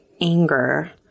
anger